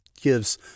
gives